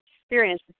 experience